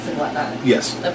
Yes